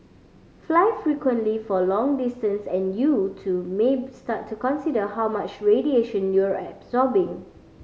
fly frequently for long distance and you too may start to consider how much radiation you're absorbing